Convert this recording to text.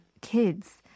kids